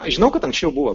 aš žinau kad anksčiau buvo